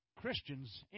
Christians